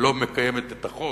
לא מקיימת את החוק,